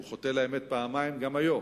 והוא חוטא לאמת פעמיים גם היום,